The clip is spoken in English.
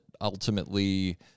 ultimately